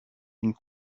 une